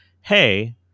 Hey